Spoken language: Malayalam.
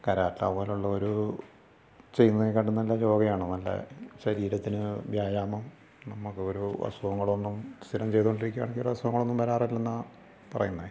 കാരാട്ടെ പോലെയുള്ളൊരു ചെയ്യുന്നതിനെക്കാട്ടിലും നല്ലത് യോഗയാണ് നല്ല ശരീരത്തിന് വ്യായാമം നമ്മൾ ഓരോ അസുഖങ്ങളൊന്നും സ്ഥിരം ചെയ്തു കൊണ്ടിരിക്കുകയാണെങ്കിൽ ഒരസുഖങ്ങളൊന്നും വരാറില്ല എന്നാണ് പറയുന്നത്